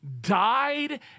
died